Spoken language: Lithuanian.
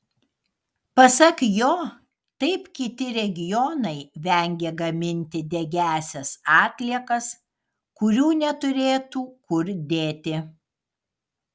pasak jo taip kiti regionai vengia gaminti degiąsias atliekas kurių neturėtų kur dėti